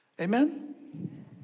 Amen